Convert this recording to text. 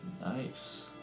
Nice